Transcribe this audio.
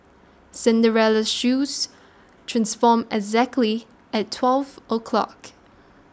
Cinderella's shoes transformed exactly at twelve o'clock